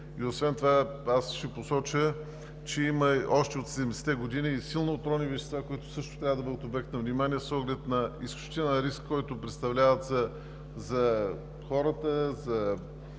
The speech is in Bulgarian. пестициди. Ще посоча, че още от 70-те години има силно отровни вещества, които също трябва да бъдат обект на внимание с оглед на изключителния риск, който представляват за хората, за